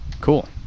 Cool